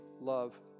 love